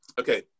Okay